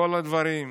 כל הדברים.